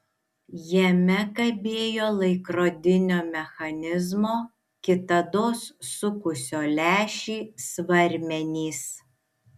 jame kabėjo laikrodinio mechanizmo kitados sukusio lęšį svarmenys